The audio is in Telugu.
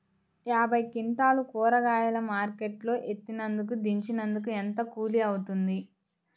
యాభై క్వింటాలు కూరగాయలు మార్కెట్ లో ఎత్తినందుకు, దించినందుకు ఏంత కూలి అవుతుంది?